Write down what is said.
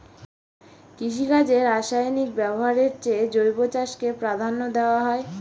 কৃষিকাজে রাসায়নিক ব্যবহারের চেয়ে জৈব চাষকে প্রাধান্য দেওয়া হয়